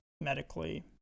medically